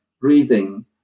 breathing